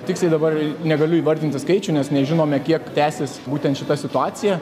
tiksliai dabar negaliu įvardinti skaičių nes nežinome kiek tęsis būtent šita situacija